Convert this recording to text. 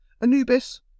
Anubis